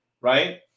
Right